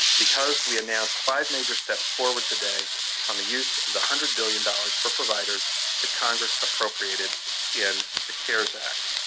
because we announced five major steps forward today on the use of the one hundred billion dollars for providers that congress appropriated in the cares act.